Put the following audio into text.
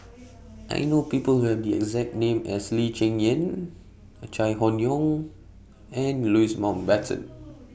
I know People Who Have The exact name as Lee Cheng Yan Chai Hon Yoong and Louis Mountbatten